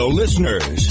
listeners